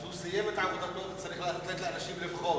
אז הוא סיים את עבודתו וצריך לתת לאנשים לבחור.